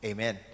Amen